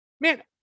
man